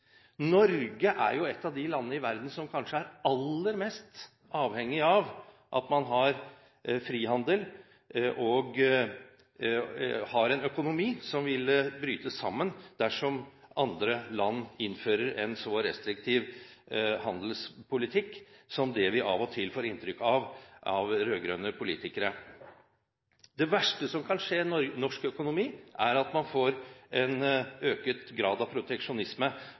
Norge er et av de landene i verden som kanskje er aller mest avhengig av at man har frihandel, og vi har en økonomi som ville bryte sammen dersom andre land innfører en så restriktiv handelspolitikk som det vi av og til får inntrykk av av rød-grønne politikere. Det verste som kan skje norsk økonomi, er at man får en økt grad av proteksjonisme